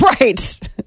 right